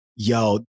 yo